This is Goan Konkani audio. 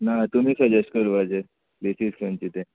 ना तुमी सजॅश्ट करपाचें प्लेसीस खंचे ते